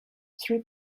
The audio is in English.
three